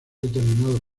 determinados